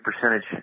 percentage